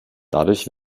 dadurch